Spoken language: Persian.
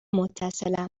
متصلم